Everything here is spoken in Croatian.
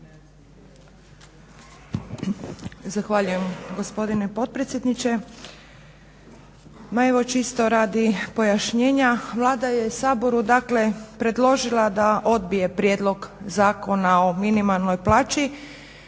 Zahvaljujem gospodine potpredsjedniče. Ma evo čisto radi pojašnjenja Vlada je Saboru dakle predložila da odbije prijedlog Zakona o minimalnoj plaći